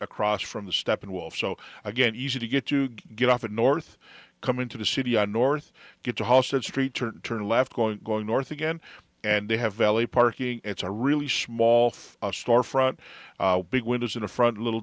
across from the steppenwolf so again easy to get you get off at north come into the city on north get a holstered street turn turn left going going north again and they have valet parking it's a really small store front big windows in a front little